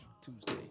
Tuesday